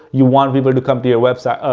you want people to come to your website,